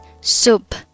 soup